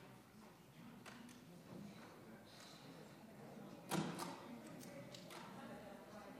חוק ההתיישנות (תיקון מס'